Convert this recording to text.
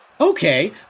Okay